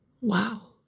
wow